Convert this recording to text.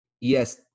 yes